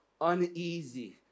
uneasy